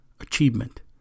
achievement